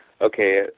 okay